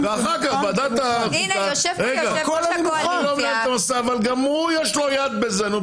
יש כאן קואליציה --- גם לו יש יד בזה.